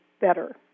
better